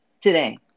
today